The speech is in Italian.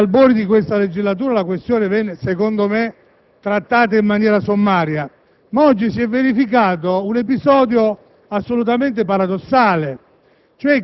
agli albori di questa legislatura la questione venne, secondo me, trattata in maniera sommaria. Oggi si è però verificato un episodio assolutamente paradossale: